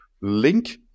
link